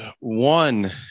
one